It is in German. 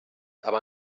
aber